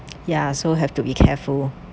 ya so have to be careful